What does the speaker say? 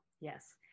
yes